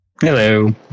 Hello